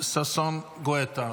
ששון גואטה.